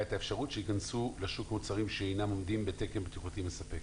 את האפשרות שייכנסו לשוק מוצרים שאינם עומדים בתקן בטיחותי מספק.